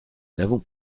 n’avons